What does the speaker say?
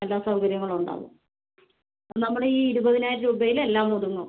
എല്ലാ സൗകര്യങ്ങളും ഉണ്ടാകും നമ്മുടെ ഈ ഇരുപതിനായിരം രൂപയില് എല്ലാം ഒതുങ്ങും